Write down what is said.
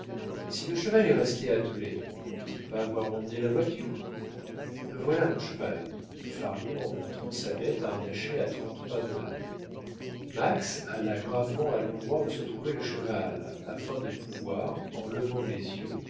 si le cheval est resté attelé ne peut-il pas avoir emmené la voiture le voilà mon cheval dit fario en montrant sa bête harnachée à trente pas de là max alla gravement à l'endroit où se trouvait le cheval afin de pouvoir en levant les yeux